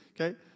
Okay